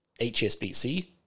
HSBC